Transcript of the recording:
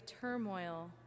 turmoil